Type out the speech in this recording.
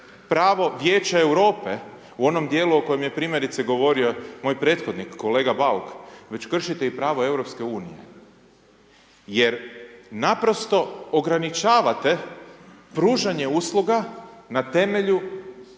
pravo Vijeća Europe u onome dijelu o kojemu je primjerice govorio moj prethodnik, kolega Bauk, već kršite i pravo EU, jer naprosto ograničavate pružanje usluga na temelju